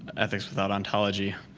ethics without ontology.